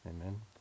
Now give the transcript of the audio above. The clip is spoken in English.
Amen